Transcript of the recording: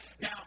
Now